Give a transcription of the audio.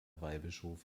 weihbischof